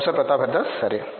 professor Pratap Haridas సరే